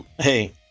hey